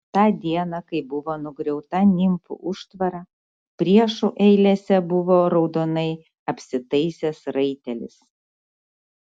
tą dieną kai buvo nugriauta nimfų užtvara priešo eilėse buvo raudonai apsitaisęs raitelis